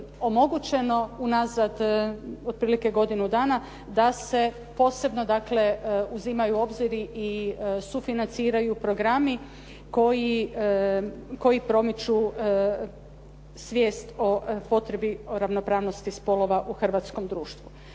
omogućeno unazad otprilike godinu dana da se posebno dakle uzimaju u obzir i sufinanciraju programi koji promiču svijest o potrebi o ravnopravnosti spolova u hrvatskom društvu.